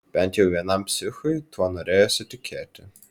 bent jau vienam psichui tuo norėjosi tikėti